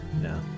No